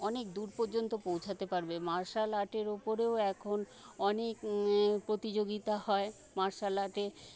অনেক দূর পর্যন্ত পৌঁছাতে পারবে মার্শাল আর্টের ওপরেও এখন প্রতিযোগীতা হয় মার্শাল আর্টে